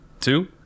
two